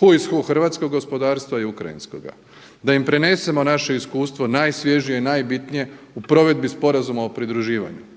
…/Govornik se ne razumije./… hrvatskog gospodarstva i ukrajinskoga. Da im prenesemo naše iskustvo najsvježije i najbitnije u provedbi Sporazuma o pridruživanju.